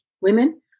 women